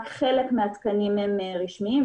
רק חלק מהתקנים הם רשמיים,